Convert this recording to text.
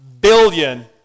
billion